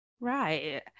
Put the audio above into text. right